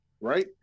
right